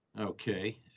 Okay